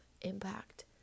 impact